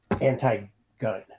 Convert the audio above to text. anti-gun